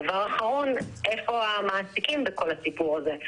דבר אחרון, איפה המעסיקים בכל הסיפור הזה?